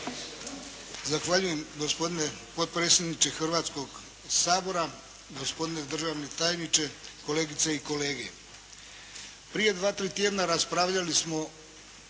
Zahvaljujem gospodine potpredsjedniče Hrvatskoga sabora, gospodine državni tajniče, kolegice i kolege. Prije dva, tri tjedna raspravljali smo